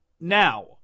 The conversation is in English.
now